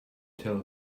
tell